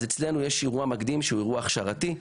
אז אצלנו יש אירוע מקדים שהוא אירוע הכשרתי,